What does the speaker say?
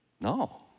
no